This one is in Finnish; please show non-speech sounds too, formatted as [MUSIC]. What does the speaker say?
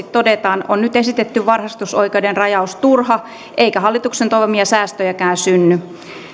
[UNINTELLIGIBLE] todetaan on nyt esitetty varhaiskasvatusoikeuden rajaus turha eikä hallituksen toivomia säästöjäkään synny